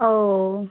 ও